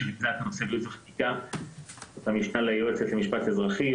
מי שליוותה את הנושא באגף ייעוץ וחקיקה זאת המשנה ליועצת למשפט אזרחי,